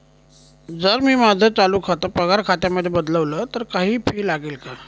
जर मी माझं चालू खातं पगार खात्यामध्ये बदलवल, तर काही फी लागेल का?